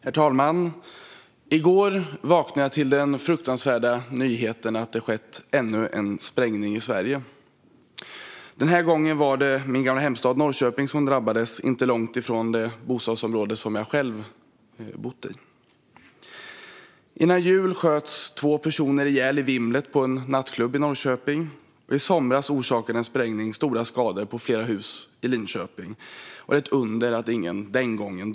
Herr talman! I går vaknade jag till den fruktansvärda nyheten att det skett ännu en sprängning i Sverige. Den här gången var det min gamla hemstad Norrköping som drabbades, inte långt ifrån det bostadsområde som jag själv har bott i. Före jul sköts två personer ihjäl i vimlet på en nattklubb i Norrköping. I somras orsakade en sprängning stora skador på flera hus i Linköping, och det är ett under att ingen dog den gången.